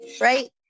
right